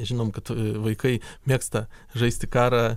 žinom kad vaikai mėgsta žaisti karą